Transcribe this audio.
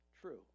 true